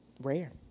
rare